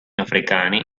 africani